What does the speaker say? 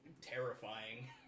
Terrifying